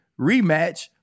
rematch